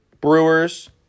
Brewers